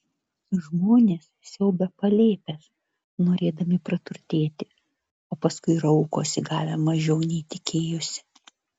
žmonės siaubia palėpes norėdami praturtėti o paskui raukosi gavę mažiau nei tikėjosi